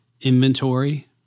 Inventory